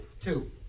Two